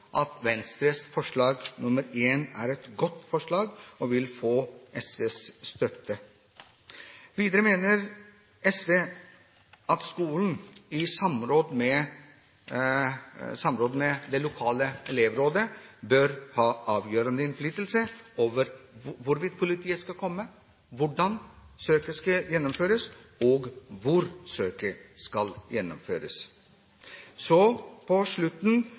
at Venstres forslag nr. 1 er et godt forslag, og det vil få SVs støtte. Videre mener SV at skolen, i samråd med det lokale elevrådet, bør ha avgjørende innflytelse på hvorvidt politiet skal komme, hvordan søket skal gjennomføres, og hvor søket skal gjennomføres.